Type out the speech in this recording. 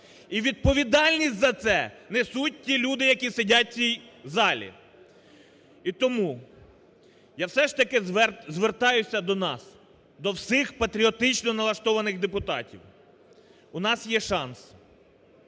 І відповідальність за це несуть ті люди, які сидять в цій залі. І тому я все ж таки звертаюся до нас, до всіх патріотично налаштованих депутатів, у нас є шанс,